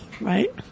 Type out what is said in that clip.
right